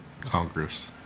Congress